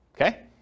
Okay